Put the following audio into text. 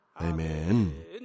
Amen